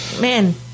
Man